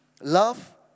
Love